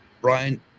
Brian